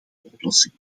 oplossing